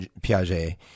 Piaget